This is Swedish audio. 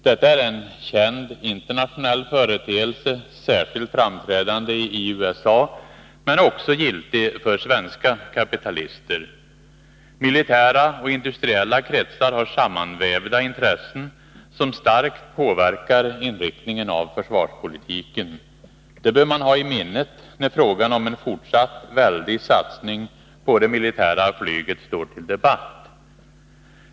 Detta är en känd internationell företeelse — särskilt framträdande i USA — men också giltig för svenska kapitalister. Militära och industriella kretsar har sammanvävda intressen, som starkt påverkar inriktningen av försvarspolitiken. Det bör man ha i minnet när frågan om en fortsatt väldig satsning på det militära flyget är uppe till debatt.